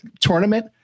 tournament